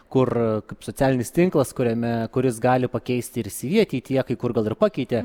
kur kaip socialinis tinklas kuriame kuris gali pakeisti ir syvy ateityje kai kur gal ir pakeitė